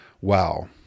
Wow